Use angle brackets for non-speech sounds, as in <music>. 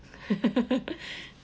<laughs>